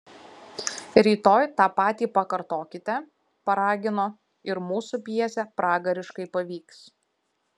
rytoj tą patį pakartokite paragino ir mūsų pjesė pragariškai pavyks